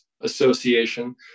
association